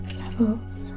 levels